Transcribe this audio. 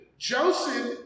Joseph